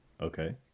Okay